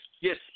yes